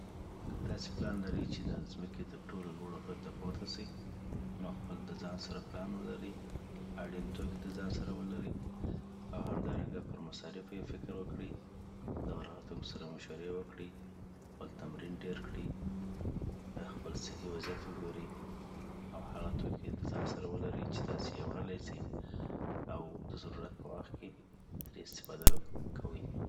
که تاسی پلان لري چي د ځمکې تر ټولو لوړ غره ته پورته سي نو خپل د ځان سره پلان ولري او اړین توکی دځان سره ولري او همدارنګه پر مصارفو یی فکر وکړی د غره ختوونکو سره مشوره وکړي خپل تمرین ډیر کړي خپل صحی وضعیت وګوري .او هغه توکي د ځان سره ولري چي تاسی یی وړلای سي اود ضرورت په وخت کي تری استفاده کوی